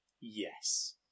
Yes